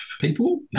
people